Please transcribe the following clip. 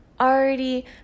already